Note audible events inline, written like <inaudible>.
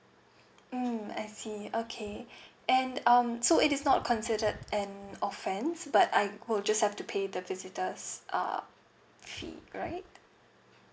mm I see okay <breath> and um so it is not considered an offence but I would just have to pay the visitor's uh fee right